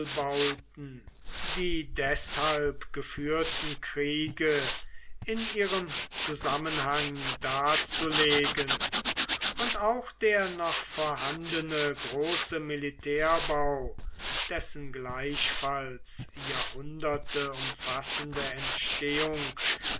wallbauten die deshalb geführten kriege in ihrem zusammenhang darzulegen und auch der noch vorhandene große militärbau dessen gleichfalls jahrhunderte umfassende entstehung